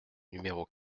numéro